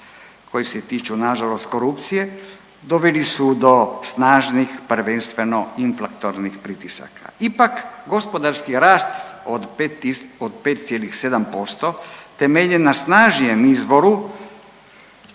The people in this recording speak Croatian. koji se tiču nažalost korupcije doveli su do snažnih prvenstveno inflatornih pritisaka. Ipak gospodarski rast od 5,7% temeljen na snažnijem izvoru